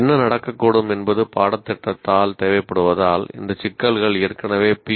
என்ன நடக்கக்கூடும் என்பது பாடத்திட்டத்தால் தேவைப்படுவதால் இந்த சிக்கல்கள் ஏற்கனவே பி